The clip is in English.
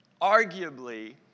arguably